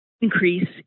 increase